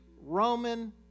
Roman